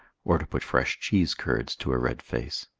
or to put fresh cheese curds to a red face.